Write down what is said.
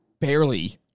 barely